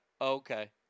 Okay